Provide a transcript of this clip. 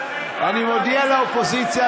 אני מודיע לאופוזיציה,